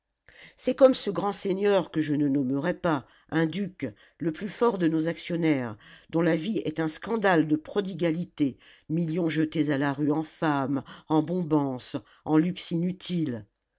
c'est comme ce grand seigneur que je ne nommerai pas un duc le plus fort de nos actionnaires dont la vie est un scandale de prodigalité millions jetés à la rue en femmes en bombances en luxe inutile